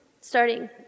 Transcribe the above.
starting